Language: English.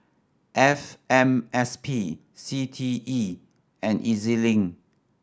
F M S P C T E and E Z Link